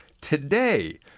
today